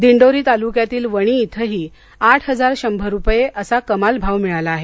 दिंडोरी तालुक्यातील वणी इथंही आठ हजार शंभर रूपये असा कमाल भाव मिळाला आहे